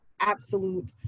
absolute